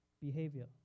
behavior